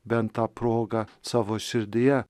bent tą progą savo širdyje